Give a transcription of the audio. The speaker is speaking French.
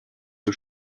que